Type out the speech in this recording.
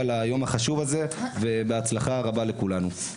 ליום החשוב הזה ובהצלחה רבה לכולנו.